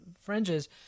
fringes